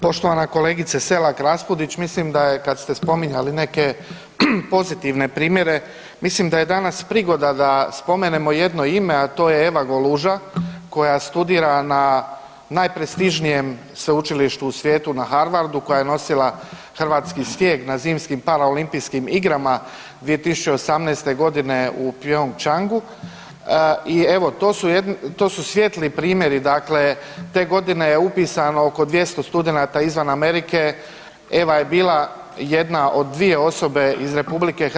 Poštovana kolegice Selak Raspudić mislim da je kad ste spominjali neke pozitivne primjere, mislim da je danas prigoda da spomenemo jedno ime, a to je Eva Goluža koja studira na najprestižnijem sveučilištu na svijetu na Harvardu, koja je nosila hrvatski stijeg na Zimskim paraolimpijskim igrama 2018. godine u Pyeongchang i evo to su svijetli primjeri, dakle te godine je upisano oko 200 studenata izvan Amerike, Eva je bila jedna od dvije osobe iz RH.